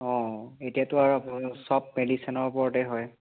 অঁ এতিয়াতো আৰু চব মেডিচিনৰ ওপৰতে হয়